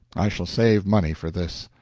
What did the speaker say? i shall save money for this.